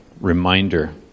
reminder